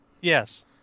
Yes